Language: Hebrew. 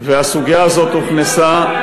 הסוגיה הזאת הוכנסה,